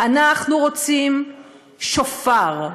אנחנו רוצים שופר,